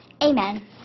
Amen